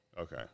Okay